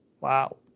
Wow